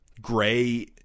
gray